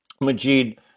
Majid